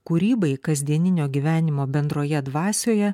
kūrybai kasdieninio gyvenimo bendroje dvasioje